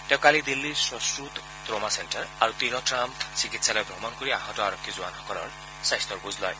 তেওঁ কালি দিল্লীৰ শোশ্ৰত ট্ৰমা চেণ্টাৰ আৰু তিৰথ ৰাম চিকিৎসালয় ভ্ৰমণ কৰি আহত আৰক্ষীজোৱানৰ স্বাস্থাৰ বুজ লয়